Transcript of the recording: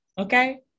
okay